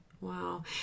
Wow